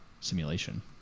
simulation